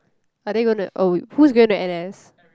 are they gonna oh who is going to n_s